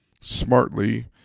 smartly